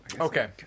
Okay